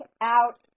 out